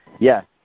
Yes